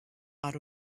out